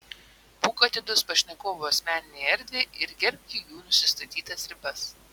būk atidus pašnekovų asmeninei erdvei ir gerbki jų nusistatytas ribas